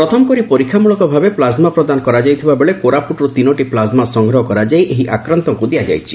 ପ୍ରଥମ କରି ପରୀକ୍ଷା ମୂଳକ ଭାବେ ପ୍ଲାଜମା ପ୍ରଦାନ କରା ଯାଇଥିବା ବେଳେ କୋରାପୁଟରୁ ତିନୋଟି ପ୍ଲାଜମା ସଂଗ୍ରହ କରା ଯାଇ ଏହି ଆକ୍ରାନ୍ଡଙ୍ଙୁ ଦିଆଯାଇଛି